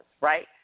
right